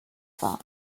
firm